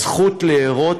הזכות להורות,